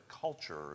culture